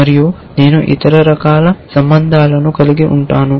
మరియు నేను ఇతర రకాల సంబంధాలను కలిగి ఉంటాను